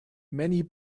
many